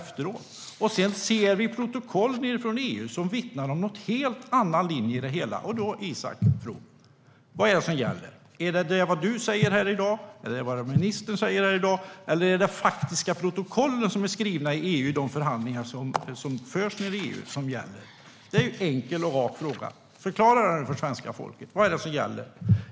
Vi kan sedan se protokoll från EU som vittnar om en helt annan linje. Vad är det som gäller, Isak From? Är det vad Isak From säger i dag, vad ministern säger här i dag eller de faktiska protokollen som förs vid förhandlingarna i EU? Det var några enkla och raka frågor. Förklara för svenska folket vad som gäller!